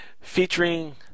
Featuring